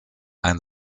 ein